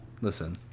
listen